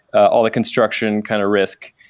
all the construction kind of risk.